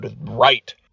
right